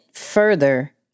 further